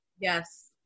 Yes